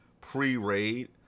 pre-raid